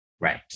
Right